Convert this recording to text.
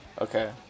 Okay